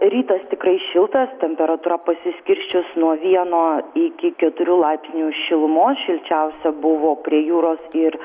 rytas tikrai šiltas temperatūra pasiskirsčius nuo vieno iki keturių laipsnių šilumos šilčiausia buvo prie jūros ir